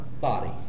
Body